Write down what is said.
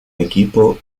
equipo